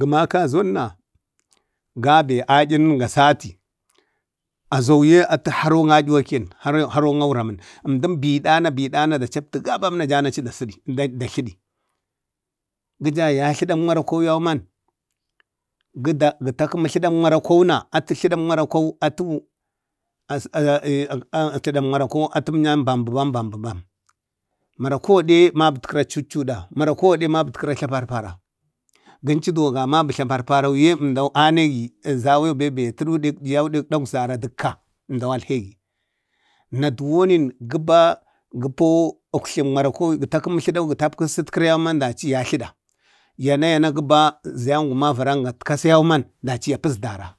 gəmaka azonna gabi ayanan ga sati. Azouye atə haro ayuwaken, haroŋ auramən. əmdən biɗa na bida na da chapti, achi chaptu gabam na achi da tlədi. gəja ya tlaɗa marakwau yauman, atu tladək marakwau bambəbam. marakwau gaɗe mabutkira chuch chuda, marakwau gaɗeye maurkira tlapar para. gənchu ga mabu thapaparauye əmdan a ne gi zawe be ya tədu ɗek yiyau dek dagzara dəkka, əmdau alhegi na duwonin gəba, gəpo uktlek mara kwau gə takəmu tladau, gəpa satkəra yauman dachi ya tləɗa. Yana yana gaba zayan guma a varan gatkasa yauman, dachi ya pəsdara.